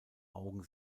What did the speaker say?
augen